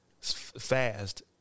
fast